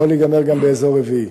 זה יכול להיגמר גם באזור רביעי,